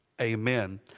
Amen